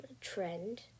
Trend